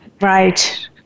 Right